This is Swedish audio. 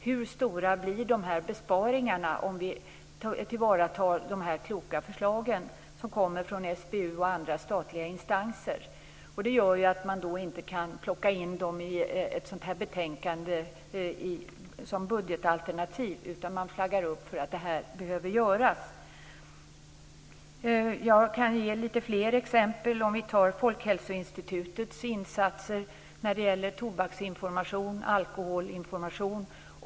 Vi kan inte säga hur stora besparingarna blir om vi tillvaratar de kloka förslag som kommer från SBU och andra statliga instanser. Det gör att man inte kan plocka in dem som budgetalternativ i ett sådant här betänkande, utan man flaggar för att det här behöver göras. Jag kan ge fler exempel. Ta t.ex. Folkhälsoinstitutets insatser när det gäller tobaksinformation och alkoholinformation.